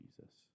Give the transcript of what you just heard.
Jesus